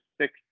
six